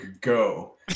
go